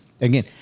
Again